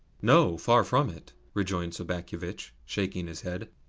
no far from it, rejoined sobakevitch, shaking his head.